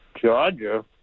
Georgia